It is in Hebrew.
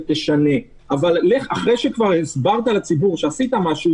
אבל כבר 21 יום אנשים נפגעו,